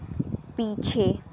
पीछे